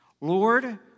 Lord